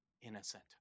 Innocent